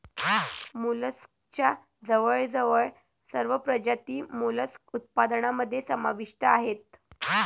मोलस्कच्या जवळजवळ सर्व प्रजाती मोलस्क उत्पादनामध्ये समाविष्ट आहेत